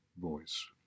voice